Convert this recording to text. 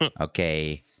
Okay